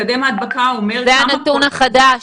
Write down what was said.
מקדם ההדבקה אומר --- זה הנתון החדש,